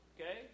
Okay